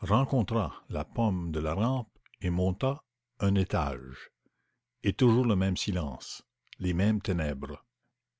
rencontra la pomme de la rampe et monta un étage et toujours le même silence les mêmes ténèbres